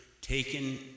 taken